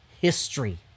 history